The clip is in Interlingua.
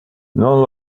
non